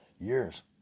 years